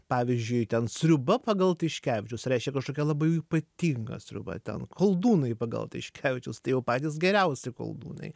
pavyzdžiui ten sriuba pagal tiškevičius reiškia kažkokia labai jau ypatinga sriuba ten koldūnai pagal tiškevičius tai jau patys geriausi koldūnai